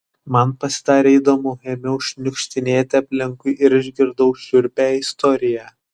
man pasidarė įdomu ėmiau šniukštinėti aplinkui ir išgirdau šiurpią istoriją